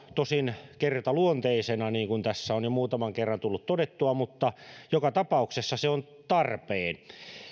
tosin kertaluonteisena niin kuin tässä on jo muutaman kerran tullut todettua mutta joka tapauksessa se on tarpeen